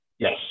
Yes